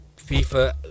FIFA